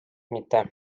mitte